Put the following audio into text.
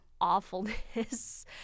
awfulness